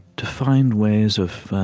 to find ways of